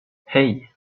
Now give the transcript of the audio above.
hey